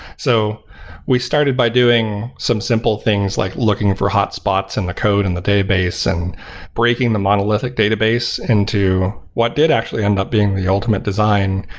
so we started by doing some simple things like looking for hotspots in the code, in the database, and breaking the monolithic database into what did actually end up being the ultimate design,